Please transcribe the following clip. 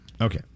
Okay